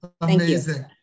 amazing